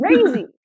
crazy